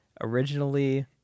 originally